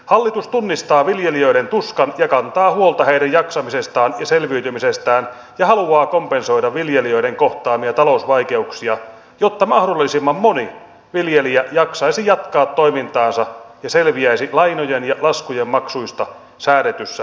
hallitus tunnistaa viljelijöiden tuskan ja kantaa huolta heidän jaksamisestaan ja selviytymisestään ja haluaa kompensoida viljelijöiden kohtaamia talousvaikeuksia jotta mahdollisimman moni viljelijä jaksaisi jatkaa toimintaansa ja selviäisi lainojen ja laskujen maksuista säädetyssä ajassa